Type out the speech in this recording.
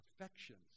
affections